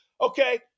Okay